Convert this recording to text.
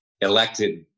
elected